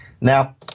Now